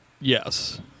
Yes